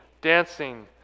dancing